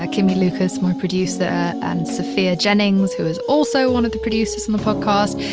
ah kimmie lucas, my producer, and sophia jennings, who is also one of the producers on the podcast.